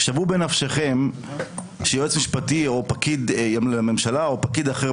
שוו בנפשכם שיועץ משפטי לממשלה או פקיד אחר,